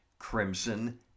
Crimson